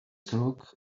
crook